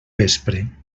vespre